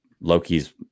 Loki's